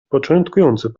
początkujący